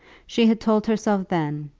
she had told herself then,